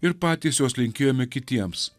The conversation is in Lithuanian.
ir patys juos linkėjome kitiems